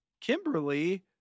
Kimberly